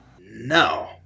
No